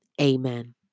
Amen